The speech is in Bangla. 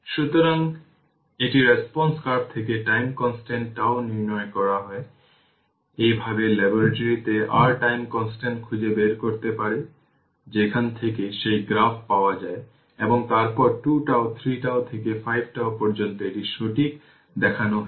সুতরাং এটি রেসপন্স কার্ভ থেকে টাইম কনস্ট্যান্ট τ নির্ণয় করা হয় এইভাবে ল্যাবরেটরি তে r টাইম কনস্ট্যান্ট খুঁজে বের করতে পারে যেখান থেকে সেই গ্রাফ পাওয়া যায় এবং তারপর 2 τ 3 τ থেকে 5 τ পর্যন্ত এটি সঠিক দেখানো হয়েছে